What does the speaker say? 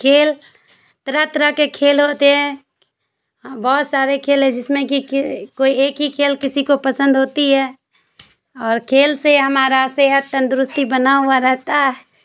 کھیل طرح طرح کے کھیل ہوتے ہیں بہت سارے کھیل ہیں جس میں کی کوئی ایک ہی کھیل کسی کو پسند ہوتی ہے اور کھیل سے ہمارا صحت تندرستی بنا ہوا رہتا ہے